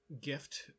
gift